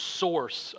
source